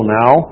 now